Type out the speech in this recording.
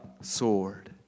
sword